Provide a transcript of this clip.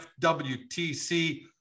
FWTC